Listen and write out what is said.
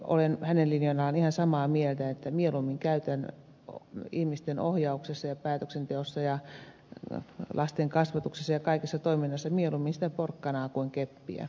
heinosen linjalla ihan samaa mieltä siinä että käytän ihmisten ohjauksessa ja päätöksenteossa ja lasten kasvatuksessa ja kaikessa toiminnassa mieluummin sitä porkkanaa kuin keppiä